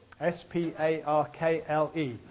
S-P-A-R-K-L-E